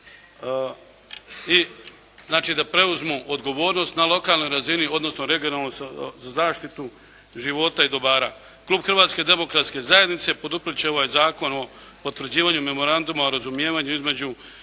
da preuzmu odgovornost na lokalnoj razini odnosno regionalnu, za zaštitu života i dobara. Klub Hrvatske demokratske zajednice poduprijet će ovaj zakon o potvrđivanju Memoranduma o razumijevanju između